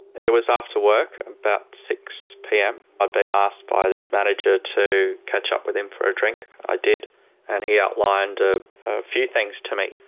it was after work about six pm. i'd been asked by this manager to catch up with him for a drink. i did and he outlined a few things to me,